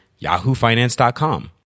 yahoofinance.com